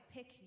Pick